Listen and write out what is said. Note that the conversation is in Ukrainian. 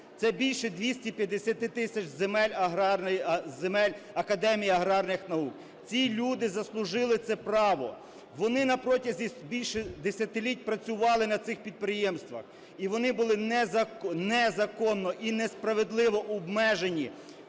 Це більше 250 тисяч земель Академії аграрних наук. Ці люди заслужили це право, вони на протязі більше десятиліть працювали на цих підприємствах, і вони бути незаконно і несправедливо обмежені